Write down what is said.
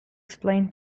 explain